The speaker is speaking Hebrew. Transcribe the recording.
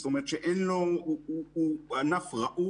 זאת אומרת שהוא ענף רעוע,